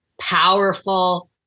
powerful